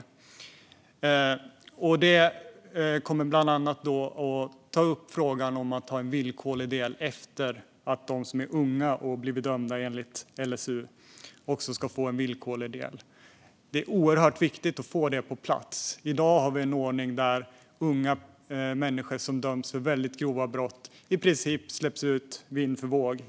Utredningen kommer bland annat att ta upp frågan om en villkorlig del för unga som blivit dömda enligt LSU. Det är oerhört viktigt att få detta på plats. I dag har vi en ordning där unga människor som dömts för väldigt grova brott i princip släpps ut vind för våg.